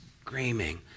screaming